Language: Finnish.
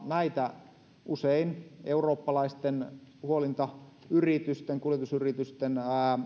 näitä usein eurooppalaisten huolintayritysten kuljetusyritysten